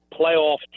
playoff